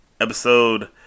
Episode